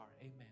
amen